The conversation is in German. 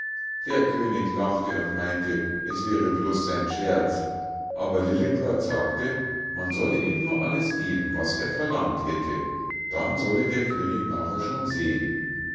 der könig lachte und meinte es wäre bloß sein scherz aber lillekort sagte man solle ihm nur alles geben was er verlangt hätte dann solle der könig nachher schon sehen